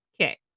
okay